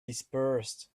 dispersed